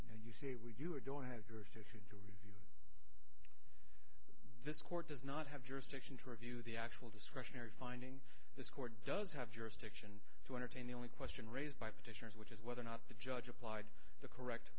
you say well you are going to have your this court does not have jurisdiction to review the actual discretionary finding this court does have jurisdiction to entertain the only question raised by petitioners which is whether or not the judge applied the correct